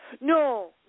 No